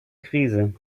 krise